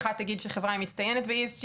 אחת תגיד שהחברה היא מצטיינת ב-ESG